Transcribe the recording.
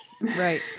Right